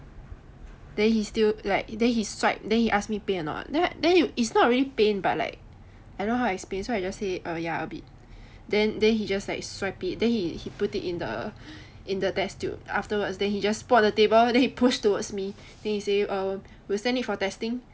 then he still like then he swipe then he ask me pain anot the~ then~ it's not really pain but like I don't know how to explain so I just say err ya a bit then then he just like swipe it then he put it in the test tube afterwards then he just put on the table then he push towards me then he say err we will send it for testing